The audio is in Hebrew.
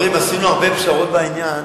חברים, עשינו הרבה פשרות בעניין,